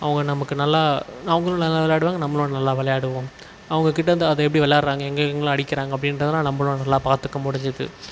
அவங்க நமக்கு நல்லா அவங்களும் நல்லா விளாடுவாங்க நம்மளும் நல்லா விளாடுவோம் அவங்கக்கிட்டேருந்து அதை எப்படி விளாடுறாங்க எங்கெங்கலாம் அடிக்கிறாங்க அப்படின்றதுலாம் நம்மளும் நல்லா பார்த்துக்க முடிஞ்சுது